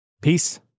Peace